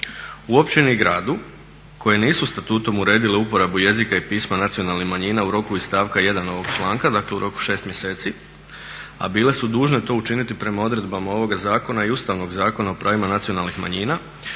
U općini i gradu koje nisu statutom uredile uporabu jezika i pisma nacionalnih manjina u roku iz stavka 1.ovog članka dakle u roku od 6 mjeseci, a bile su to dužne učiniti prema odredbama ovog zakona i Ustavnog zakona o pravima nacionalnih manjina,